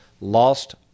lost